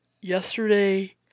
yesterday